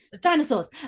dinosaurs